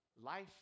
Life